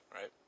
right